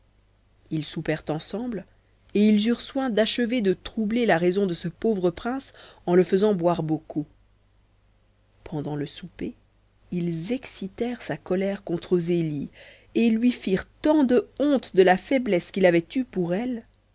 ils soupèrent ensemble et ils eurent soin d'achever de troubler la raison de ce pauvre prince en le faisant boire beaucoup pendant le souper ils excitèrent sa colère contre zélie et lui firent tant de honte de la faiblesse qu'il avait eue pour elle